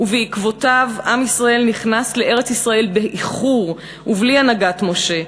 ובעקבותיו עם ישראל נכנס לארץ-ישראל באיחור ובלי ההנהגה של משה,